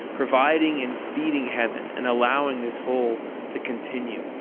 providing and feeding heaven, and allowing this whole to continue.